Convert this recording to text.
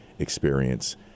experience